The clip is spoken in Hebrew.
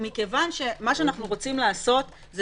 מכיוון שמה שאנחנו רוצים לעשות זה